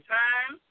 time